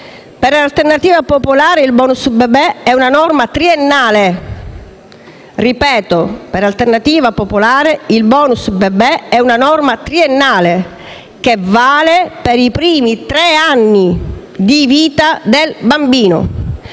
Per Alternativa Popolare il *bonus* bebè è una norma triennale, che vale per i primi tre anni di vita del bambino,